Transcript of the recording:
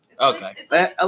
Okay